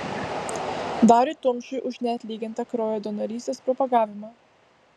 dariui tumšiui už neatlygintiną kraujo donorystės propagavimą